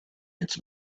its